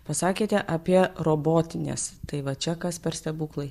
pasakėte apie robotines tai va čia kas per stebuklai